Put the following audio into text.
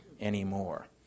anymore